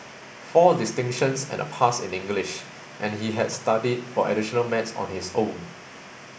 four distinctions and a pass in English and he had studied for additional maths on his own